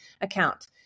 account